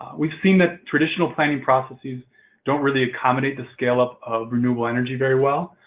we've seen that traditional planning processes don't really accommodate the scale-up of renewable energy very well.